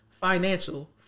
financial